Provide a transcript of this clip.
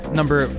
number